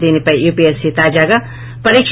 దీనిపై యూపీఎస్పీ తాజాగా పరీక